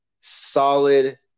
solid